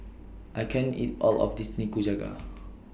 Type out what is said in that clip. I can't eat All of This Nikujaga